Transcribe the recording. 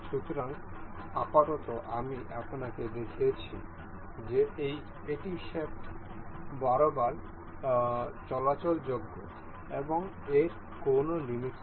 সুতরাং আপাতত আমি আপনাকে দেখিয়েছি যে এটি শ্যাফট বরাবর চলাচলযোগ্য এবং এর কোনও লিমিট নেই